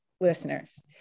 listeners